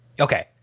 okay